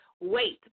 wait